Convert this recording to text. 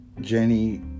Jenny